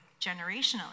Generationally